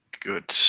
Good